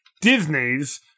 Disney's